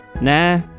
nah